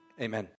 amen